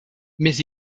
mais